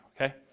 okay